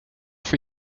for